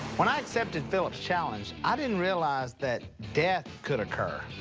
when i accepted phillip's challenge, i didn't realize that death could occur.